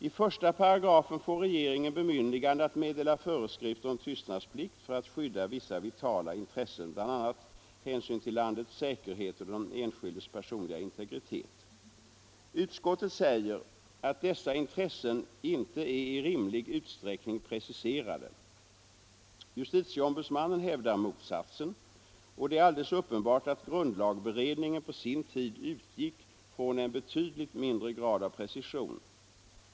I 18 får regeringen bemyndigande att meddela föreskrifter om tystnadsplikt för att skydda vissa vitala intressen, bl.a. hänsyn till landets säkerhet och den enskildes personliga integritet. Utskottet säger att dessa intressen inte är i rimlig utsträckning preciserade. Justitieombudsmannen hävdar motsatsen, och det är alldeles uppenbart att grundlagberedningen på sin tid utgick från en betydligt lägre grad av precision.